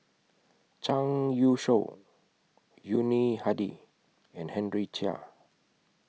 Zhang Youshuo Yuni Hadi and Henry Chia